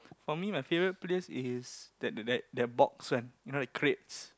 for me my favorite place is that that that that box one you know the crates